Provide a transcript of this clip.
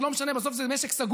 זה לא משנה, בסוף זה משק סגור.